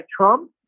Trump